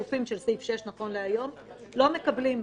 שגופים של סעיף 6 נכון להיום לא מקבלים.